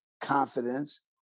confidence